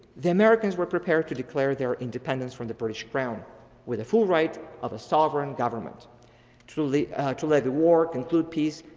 the americans were prepared to declare their independence from the british ground with a full right of a sovereign government truly levy war, conclude peace,